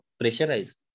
pressurized